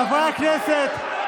חברי הכנסת,